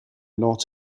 not